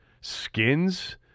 Skins